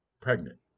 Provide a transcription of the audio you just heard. pregnant